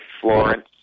Florence